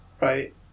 Right